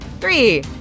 Three